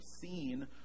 seen